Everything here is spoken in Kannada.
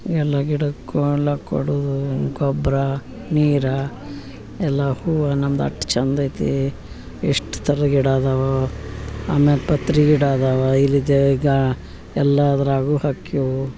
ಎಲ್ಲ ಗಿಡಕ್ಕೂ ಎಲ್ಲ ಕೊಡೋದು ಗೊಬ್ಬರ ನೀರು ಎಲ್ಲ ಹೂವು ನಮ್ದು ಅಷ್ಟ್ ಚಂದೈತೀ ಎಷ್ಟು ಥರ ಗಿಡ ಅದಾವೋ ಆಮೇಲೆ ಪತ್ರೆ ಗಿಡ ಅದಾವ ಇಲ್ಲಿದೆ ಈಗ ಎಲ್ಲದ್ರಾಗೂ ಹಕ್ಕೆವು